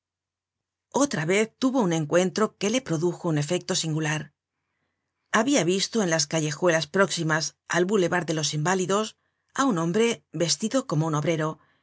otra vez tuvo un encuentro que le produjo un efecto singular habia visto en las callejuelas próximas al boulevard de los inválidos á un hombre vestido como un obrero